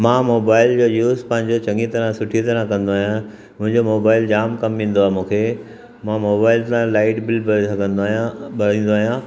मां मोबाइल जो यूज़ पंहिंजो चङी तरह सुठी तरह कंदो आहियां मुंहिंजो मोबाइल जामु कमु ईंदो आहे मूंखे मां मोबाइल सां लाइट बिल भरे सघंदो आहियां भरींदो आहियां